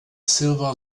silver